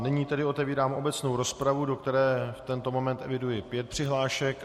Nyní tedy otevírám obecnou rozpravu, do které v tento moment eviduji pět přihlášek.